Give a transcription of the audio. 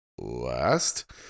last